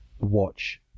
watch